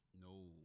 No